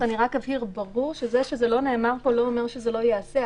אני רק אבהיר שברור שזה שזה לא נאמר פה לא אומר שזה לא ייעשה.